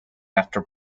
after